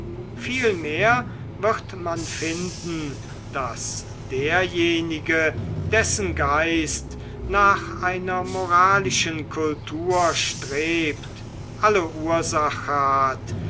vielmehr wird man finden daß derjenige dessen geist nach einer moralischen kultur strebt alle ursache hat